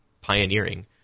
pioneering